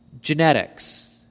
genetics